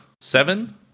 Seven